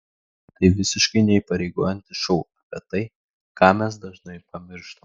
tai visiškai neįpareigojantis šou apie tai ką mes dažnai pamirštam